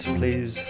please